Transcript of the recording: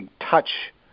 touch